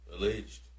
Alleged